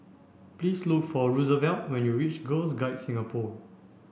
please look for Roosevelt when you reach Girl Guides Singapore